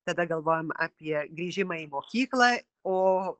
tada galvojam apie grįžimą į mokyklą o